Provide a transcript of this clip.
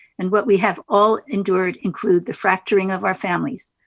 and what we have all endured include the fracturing of our families,